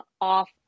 off